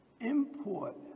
Import